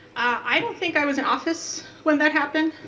i don't think i was in office when that happened.